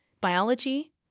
biology